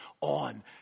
on